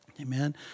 Amen